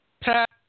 Pat